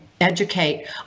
educate